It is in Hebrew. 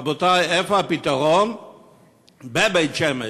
רבותי, איפה הפתרון בבית-שמש?